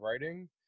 writing